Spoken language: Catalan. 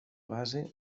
base